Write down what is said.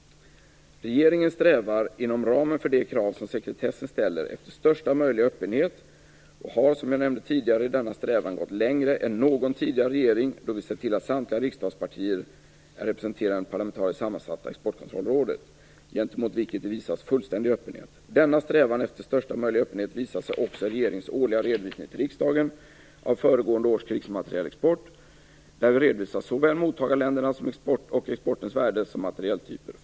Regeringen strävar, inom ramen för de krav som sekretessen ställer, efter största möjliga öppenhet och har, som jag nämnde tidigare, i denna strävan gått längre än någon tidigare regering då vi sett till att samtliga riksdagspartier är representerade i det parlamentariskt sammansatta Exportkontrollrådet, gentemot vilket det visas fullständig öppenhet. Denna strävan efter största möjliga öppenhet visar sig också i regeringens årliga redovisning till riksdagen av föregående års krigsmaterielexport, där vi redovisar såväl mottagarländerna och exportens värde som materieltyper.